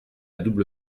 double